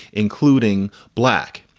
including black.